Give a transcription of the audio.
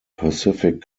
pacific